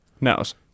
Nose